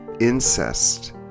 Incest